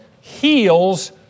heals